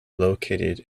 located